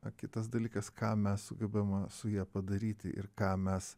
o kitas dalykas ką mes sugebame su ja padaryti ir ką mes